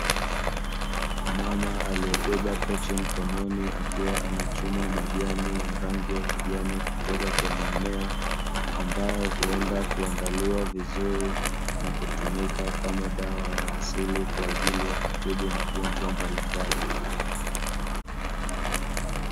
Mama aliyebeba pochi mkononi, akiwa anachuma majani ya rangi ya kijani, kutoka kwenye mmea, ambayo huenda kuandaliwa vizuri, na kutumika kama dawa ya asili, kwa ajili ya kutibu magonjwa mbalimbali.